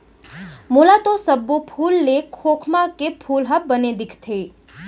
मोला तो सब्बो फूल ले खोखमा के फूल ह बने दिखथे